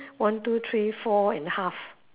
one two three four and half